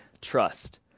trust